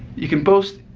you can boost,